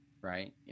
right